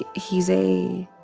ah he's a